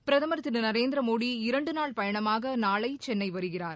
பிரதமா் திரு நரேந்திரமோடி இரண்டுநாள் பயணமாக நாளை சென்னை வருகிறார்